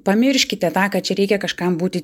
pamirškite tą kad čia reikia kažkam būti